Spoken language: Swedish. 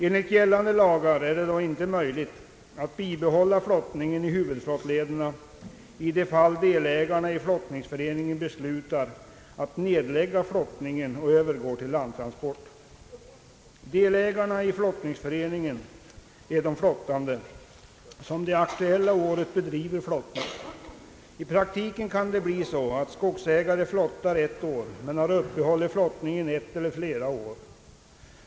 Enligt gällande lagar är det inte möjligt att bibehålla flottningen i huvudflottlederna, om delägarna i flottningsföreningarna beslutar att nedlägga flottningen och övergå till landtransport. Delägarna i flottningsföreningen är de flottande som det aktuella. året bedriver flottning. I praktiken kan det bli så att en skogsägare flottar ett år men har uppehåll i flottningen ett eller flera år.